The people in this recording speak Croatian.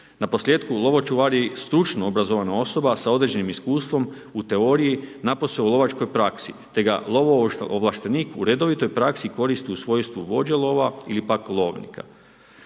naposljetku lovočuvar je i stručno obrazovana osoba sa određenim iskustvom u teoriji napose u lovačkoj praksi te ga lovo ovlaštenik u redovitoj praksi koristi u svojstvu vođolova ili pak lovnika.